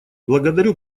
благодарю